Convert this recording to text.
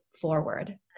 forward